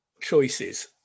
choices